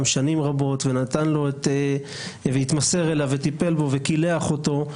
שנים רבות והתמסר אליו וקילח אותו,